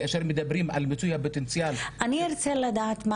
כאשר מדברים על מיצוי הפוטנציאל --- אני ארצה לדעת מה